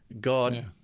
God